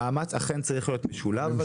המאמץ אכן צריך להיות משולב.